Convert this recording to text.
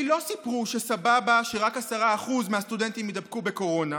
לי לא סיפרו שסבבה שרק 10% מהסטודנטים יידבקו בקורונה,